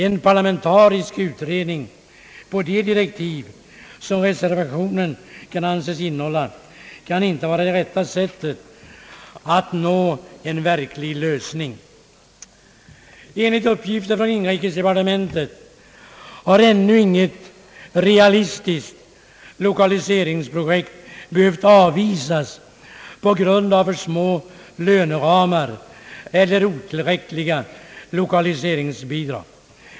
En parlamentarisk utredning på de direktiv som reservationen kan anses innehålla kan inte vara det rätta sättet att nå en verklig lösning. Enligt uppgifter från inrikesdepartementet har ännu inget realistiskt lokaliseringsprojekt behövt avvisas på grund av för små låneramar eller otillräckliga lokaliseringsbidrag.